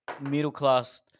middle-class